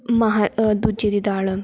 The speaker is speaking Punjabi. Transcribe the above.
ਮਹਾਂ ਦੂਜੇ ਦੀ ਦਾਲ